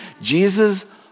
Jesus